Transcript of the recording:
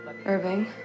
Irving